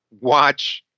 watch